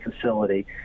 facility